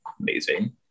amazing